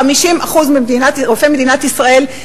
50% מרופאי מדינת ישראל,